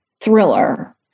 thriller